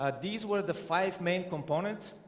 ah these were the five main component